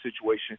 situation